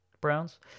Browns